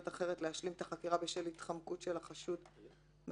אחרת להשלים את החקירה בשל התחמקות של החשוד מהחקירה.